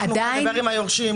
אנחנו נדבר עם היורשים,